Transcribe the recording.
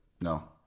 No